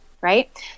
right